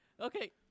okay